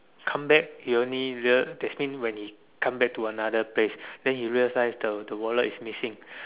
come back he only real that's mean when he come back to another place then he realise the the wallet is missing